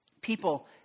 People